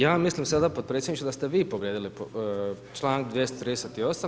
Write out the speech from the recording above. Ja mislim sada potpredsjedniče da ste vi povrijedili članak 238.